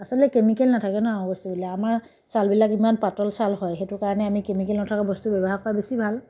আচলতে কেমিকেল নেথাকে ন আমাৰ বস্তুবিলাক আমাৰ চালবিলাক ইমান পাতল চাল হয় সেইটো কাৰণে আমি কেমিকেল নথকা বস্তু ব্যৱহাৰ কৰা বেছি ভাল